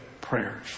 prayers